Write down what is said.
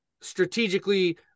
strategically